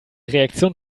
reaktion